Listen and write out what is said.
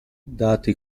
dati